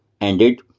ended